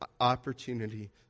opportunity